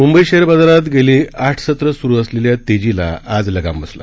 Mumbai share बाजारात गेले आठ सत्रं सुरु असलेल्या तेजीला आज लगाम बसला